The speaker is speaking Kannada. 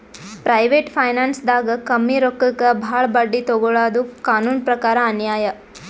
ಪ್ರೈವೇಟ್ ಫೈನಾನ್ಸ್ದಾಗ್ ಕಮ್ಮಿ ರೊಕ್ಕಕ್ ಭಾಳ್ ಬಡ್ಡಿ ತೊಗೋಳಾದು ಕಾನೂನ್ ಪ್ರಕಾರ್ ಅನ್ಯಾಯ್